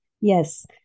Yes